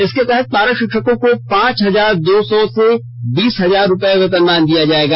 इसके तहत पारा शिक्षकों को पांच हजार दो सौ से बीस हजार रूपये वेतनमान दिया जाएगा